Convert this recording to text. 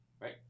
right